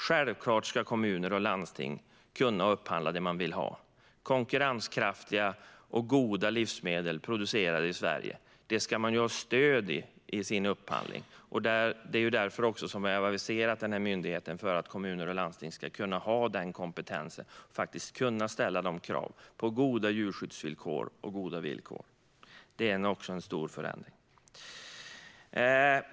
Självklart ska kommuner och landsting kunna upphandla det de vill ha, konkurrenskraftiga och goda livsmedel producerade i Sverige. De ska ha stöd i sin upphandling. Myndigheten har aviserats för att kommuner och landsting ska kunna ha den kompetensen och kunna ställa krav på goda djurskyddsvillkor och andra goda villkor. Det är en stor förändring.